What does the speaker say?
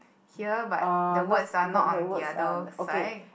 here but the words are not on the other side